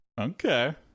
Okay